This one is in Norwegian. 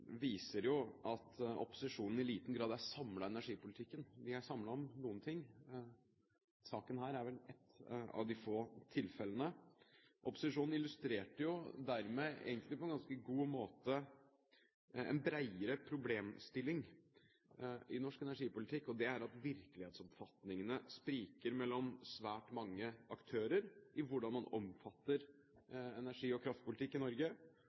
viser jo at opposisjonen i liten grad er samlet om energipolitikken. De er samlet om noe: Denne saken er vel ett av de få tilfellene. Opposisjonen illustrerte dermed egentlig på en ganske god måte en bredere problemstilling i norsk energipolitikk, og det er at virkelighetsoppfatningene spriker mellom svært mange aktører i hvordan man oppfatter energi- og kraftpolitikk i Norge,